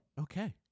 Okay